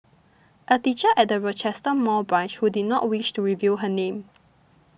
a teacher at the Rochester Mall branch who did not wish to reveal her name